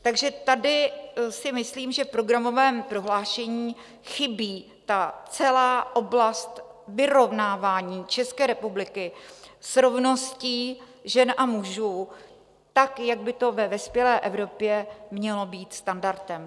Takže tady si myslím, že v programovém prohlášení chybí celá oblast vyrovnávání se České republiky s rovností žen a mužů tak, jak by to ve vyspělé Evropě mělo být standardem.